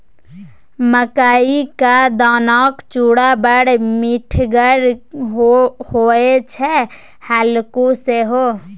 मकई क दानाक चूड़ा बड़ मिठगर होए छै हल्लुक सेहो